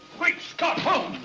great scott, holmes.